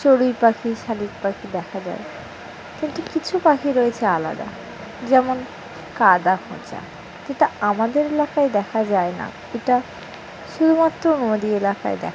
চড়ুই পাখি শালির পাখি দেখা যায় কিন্তু কিছু পাখি রয়েছে আলাদা যেমন কাদা খোঁচা যেটা আমাদের এলাকায় দেখা যায় না এটা শুধুমাত্র নদী এলাকায় দেখা যায়